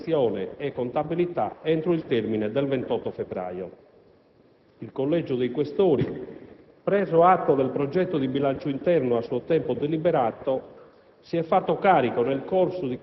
prevista dal Regolamento di amministrazione e contabilità entro il termine del 28 febbraio. Il Collegio dei Questori, preso atto del progetto di bilancio interno a suo tempo deliberato,